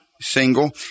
Single